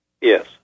Yes